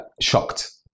shocked